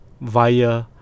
Via